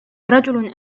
رجل